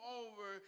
over